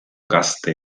gazte